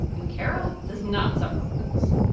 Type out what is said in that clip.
and kara does not suffer fools.